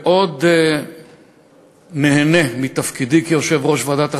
מאוד נהנה מתפקידי כיושב-ראש ועדת החינוך,